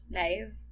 live